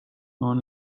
non